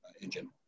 engine